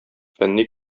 фәнни